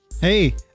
Hey